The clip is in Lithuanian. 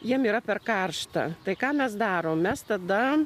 jiems yra per karšta tai ką mes darom mes tada